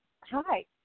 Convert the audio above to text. Hi